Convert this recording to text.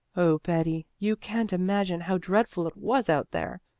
oh, betty, you can't imagine how dreadful it was out there!